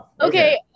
Okay